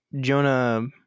Jonah